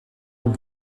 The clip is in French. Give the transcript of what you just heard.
une